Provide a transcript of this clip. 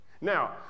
now